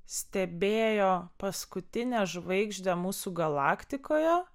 stebėjo paskutinę žvaigždę mūsų galaktikoje